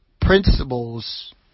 Principles